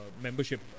membership